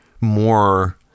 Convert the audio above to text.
more